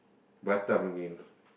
Batam again